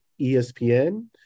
ESPN